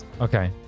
Okay